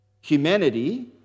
Humanity